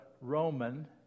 Roman